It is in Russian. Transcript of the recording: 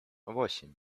восемь